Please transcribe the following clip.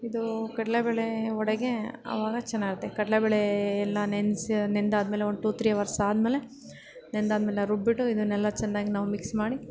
ಇದು ಕಡಲೇ ಬೇಳೆ ವಡೆಗೆ ಆವಾಗ ಚೆನ್ನಾಗಿರುತ್ತೆ ಕಡಲೇ ಬೇಳೆ ಎಲ್ಲ ನೆನ್ಸಿ ನೆನೆದಾದ್ಮೇಲೆ ಒಂದು ಟು ತ್ರೀ ಅವರ್ಸ್ ಆದಮೇಲೆ ನೆನೆದಾದ್ಮೇಲೆ ರುಬ್ಬಿಬಿಟ್ಟು ಇದನ್ನೆಲ್ಲ ಚೆನ್ನಾಗಿ ನಾವು ಮಿಕ್ಸ್ ಮಾಡಿ